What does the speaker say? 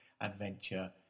adventure